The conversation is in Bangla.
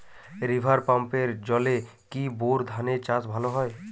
রিভার পাম্পের জলে কি বোর ধানের চাষ ভালো হয়?